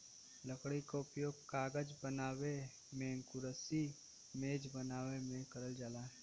लकड़ी क उपयोग कागज बनावे मेंकुरसी मेज बनावे में करल जाला